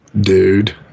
dude